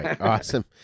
Awesome